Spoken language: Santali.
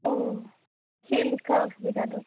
ᱳ ᱪᱮᱫ ᱞᱮᱠᱟ ᱚᱥᱩᱵᱤᱫᱷᱟ ᱫᱚ